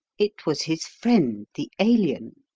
it was his friend the alien.